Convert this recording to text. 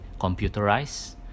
computerized